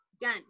done